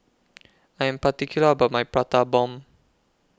I Am particular about My Prata Bomb